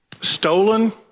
stolen